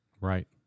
Right